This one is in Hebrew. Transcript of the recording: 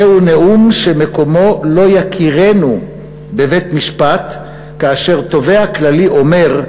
"זהו נאום שמקומו לא יכירנו בבית-משפט כאשר תובע כללי אומר: